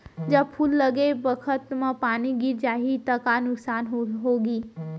जब फूल लगे बखत म पानी गिर जाही त का नुकसान होगी?